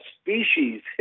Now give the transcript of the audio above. species